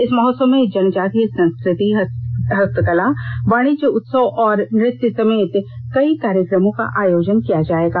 इस महोत्सव में जनजातीय संस्कृति हस्तकला वाणिज्य उत्सव और नृत्य समेत कई कार्यक्रमों का आयोजन किया जायेगा